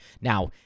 now